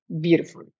beautiful